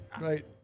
right